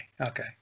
okay